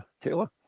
Taylor